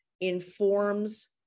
informs